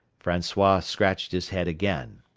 francois scratched his head again.